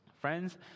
Friends